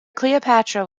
cleopatra